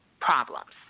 problems